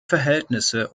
verhältnisse